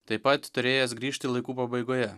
taip pat turėjęs grįžti laikų pabaigoje